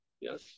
Yes